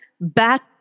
Back